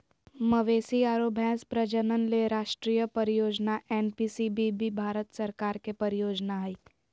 मवेशी आरो भैंस प्रजनन ले राष्ट्रीय परियोजना एनपीसीबीबी भारत सरकार के परियोजना हई